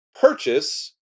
purchase